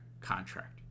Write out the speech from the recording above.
contract